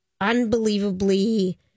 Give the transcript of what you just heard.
unbelievably